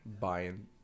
Buying